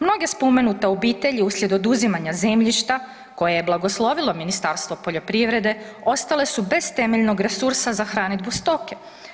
Mnoge spomenute obitelji uslijed oduzimanja zemljišta, koje je blagoslovilo Ministarstvo poljoprivrede ostale su bez temeljnog resursa za hranidbu stoke.